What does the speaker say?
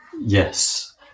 Yes